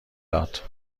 داد